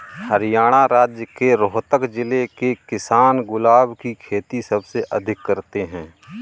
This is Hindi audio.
हरियाणा राज्य के रोहतक जिले के किसान गुलाब की खेती सबसे अधिक करते हैं